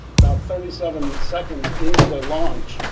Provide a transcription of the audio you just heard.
about thirty seven seconds into the launch,